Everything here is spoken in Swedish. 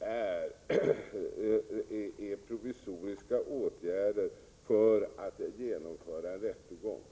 är främst provisoriska åtgärder för att genomföra en rättegång.